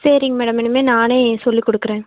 சரிங்க மேடம் இனிமேல் நானே சொல்லி கொடுக்குறேன்